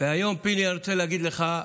והיום פיני, אני רוצה להגיד לך,